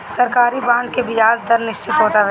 सरकारी बांड के बियाज दर निश्चित होत हवे